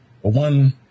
One